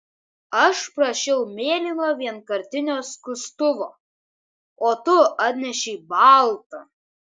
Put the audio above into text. aš prašiau mėlyno vienkartinio skustuvo o tu atnešei baltą